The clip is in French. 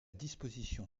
disposition